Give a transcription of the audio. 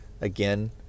again